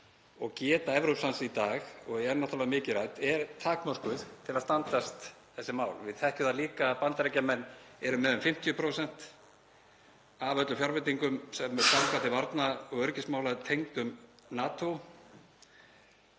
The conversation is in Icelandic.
og geta Evrópusambandsins í dag, sem er náttúrlega mikið rædd, er takmörkuð til að standast þessi mál. Við þekkjum það líka að Bandaríkjamenn eru með um 50% af öllum fjárveitingum sem ganga til varnar- og öryggismála tengdum NATO